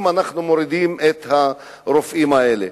אם אנחנו מורידים את הרופאים האלה.